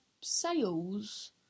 sales